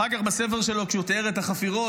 אחר כך בספר שלו כשהוא תיאר את החפירות